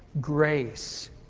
Grace